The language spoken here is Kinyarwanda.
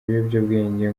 biyobyabwenge